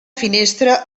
finestra